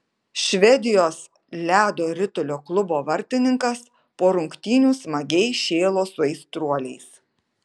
švedijos ledo ritulio klubo vartininkas po rungtynių smagiai šėlo su aistruoliais